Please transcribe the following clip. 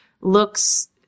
looks